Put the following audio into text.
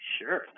sure